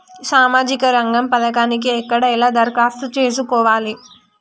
సామాజిక రంగం పథకానికి ఎక్కడ ఎలా దరఖాస్తు చేసుకోవాలి?